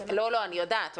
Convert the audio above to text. אני יודעת.